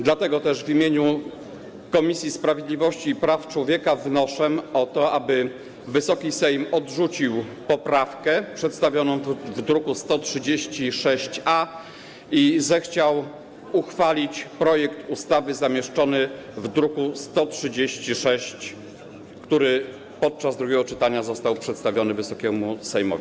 Dlatego też w imieniu Komisji Sprawiedliwości i Praw Człowieka wnoszę o to, aby Wysoki Sejm odrzucił poprawkę przedstawioną w druku nr 136-A i zechciał uchwalić projekt ustawy zamieszczony w druku nr 136, który podczas drugiego czytania został przedstawiony Wysokiemu Sejmowi.